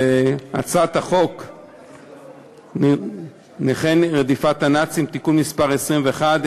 הצעת החוק נכי רדיפות הנאצים (תיקון מס' 21),